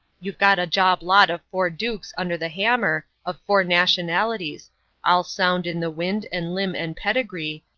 you've got a job lot of four dukes under the hammer of four nationalities all sound in the wind and limb and pedigree,